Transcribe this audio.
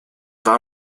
war